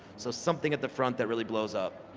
so something at the front that really blows up.